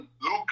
look